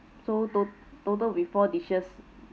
so to~ total will be four dishes